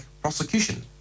prosecution